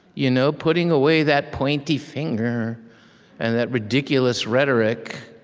you know putting away that pointy finger and that ridiculous rhetoric.